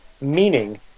meaning